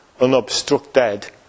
unobstructed